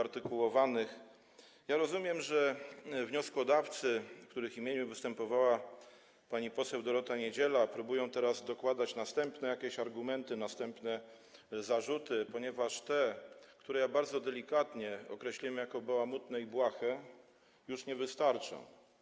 Rozumiem, że wnioskodawcy, w których imieniu występowała pani poseł Dorota Niedziela, próbują teraz dokładać jakieś następne argumenty, następne zarzuty, ponieważ te, które ja bardzo delikatnie określiłem jako bałamutne i błahe, już nie wystarczą.